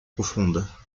profondes